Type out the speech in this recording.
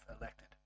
elected